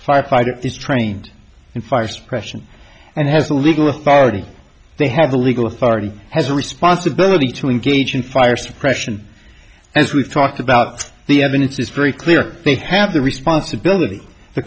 firefighter is trained in fire suppression and has the legal authority they have the legal authority has a responsibility to engage in fire suppression as we've talked about the evidence is very clear they have the responsibility the